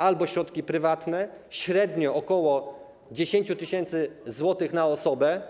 Mogą to być środki prywatne, średnio ok. 10 tys. zł na osobę,